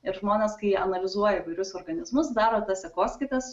ir žmonės kai analizuoja įvairius organizmus daro tas sekoskaitas